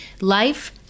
Life